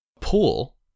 pool